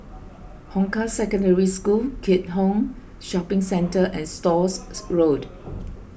Hong Kah Secondary School Keat Hong Shopping Centre and Stores Road